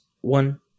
One